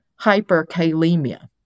hyperkalemia